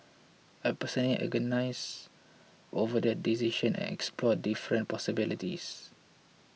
I personally agonised over the decision and explored different possibilities